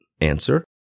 Answer